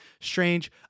strange